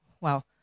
Wow